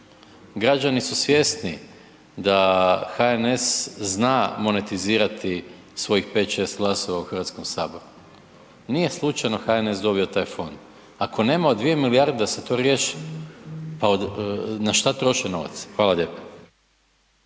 građani su svjesni da HNS zna monetizirati svojih 5, 6 glasova u Hrvatskom saboru. Nije slučajno HNS dobio taj fond. Ako nema od 2 milijarde da se to riješi pa na što troše novac? Hvala lijepa.